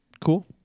cool